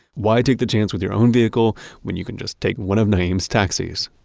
why take the chance with your own vehicle when you can just take one of naim's taxis?